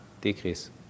decrease